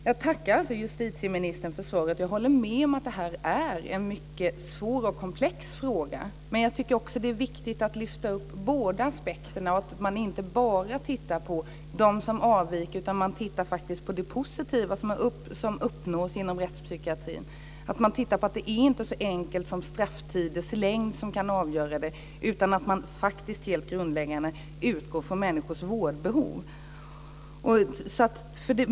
Fru talman! Jag tackar justitieministern för svaret. Jag håller med om att det här är en mycket svår och komplex fråga. Men jag tycker också att det är viktigt att lyfta fram båda aspekterna. Det är viktigt att man inte bara tittar på dem som avviker utan också på det positiva som uppnås inom rättspsykiatrin. Det är viktigt att man ser att det inte är så enkelt som att straffets längd kan vara avgörande, utan att man helt grundläggande utgår från människors vårdbehov.